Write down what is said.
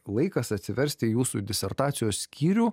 laikas atsiversti jūsų disertacijos skyrių